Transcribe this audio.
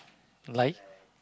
like